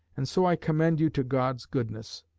and so i commend you to god's goodness.